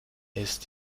ist